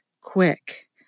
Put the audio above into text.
quick